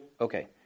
Okay